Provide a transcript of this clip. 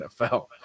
NFL